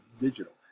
digital